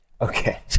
Okay